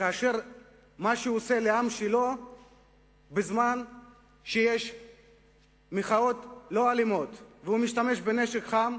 רואים מה הוא עושה לעם שלו בזמן שיש מחאות לא אלימות: הוא משתמש בנשק חם